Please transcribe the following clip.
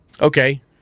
Okay